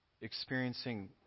experiencing